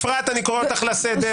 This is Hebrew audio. אפרת, אני קורא אותך לסדר.